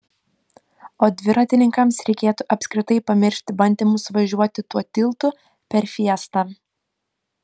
o dviratininkams reikėtų apskritai pamiršti bandymus važiuoti tuo tiltu per fiestą